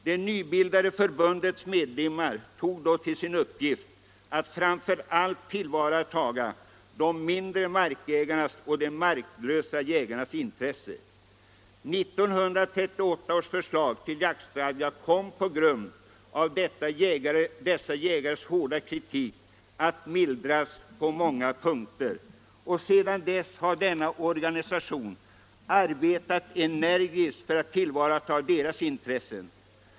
Det nybildade förbundets medlemmar såg som sin uppgift att framför allt tillvarata de mindre markägarnas och de marklösa jägarnas intressen. 1938 års förslag till jaktstadga kom på grund av dessa gruppers hårda kritik att mildras på många punkter, och sedan dess har denna organisation arbetat energiskt för att tillvarata deras intressen.